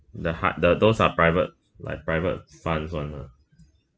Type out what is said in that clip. the hard the those are private like private funds one lah